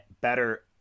better